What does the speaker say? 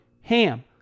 HAM